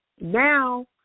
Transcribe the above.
Now